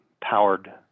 powered